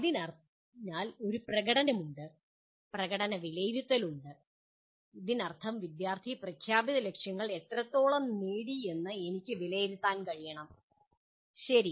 അതിനാൽ ഒരു പ്രകടനമുണ്ട് പ്രകടന വിലയിരുത്തൽ ഉണ്ട് അതിനർത്ഥം വിദ്യാർത്ഥി പ്രഖ്യാപിത ലക്ഷ്യങ്ങൾ എത്രത്തോളം നേടി എന്ന് എനിക്ക് വിലയിരുത്താൻ കഴിയണം ശരി